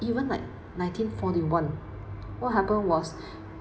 even like nineteen forty one what happened was